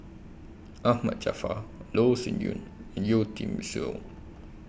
Ahmad Jaafar Loh Sin Yun and Yeo Tiam Siew